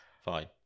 Fine